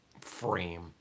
frame